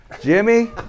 Jimmy